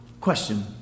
question